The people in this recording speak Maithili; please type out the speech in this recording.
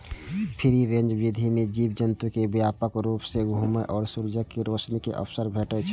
फ्री रेंज विधि मे जीव जंतु कें व्यापक रूप सं घुमै आ सूर्यक रोशनी के अवसर भेटै छै